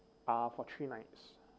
uh for three nights